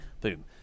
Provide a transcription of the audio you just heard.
Boom